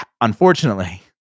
Unfortunately